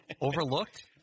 Overlooked